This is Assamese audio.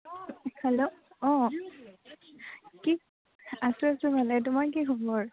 হেল্ল' অঁ কি আছোঁ আছোঁ ভালেই তোমাৰ কি খবৰ